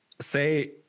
say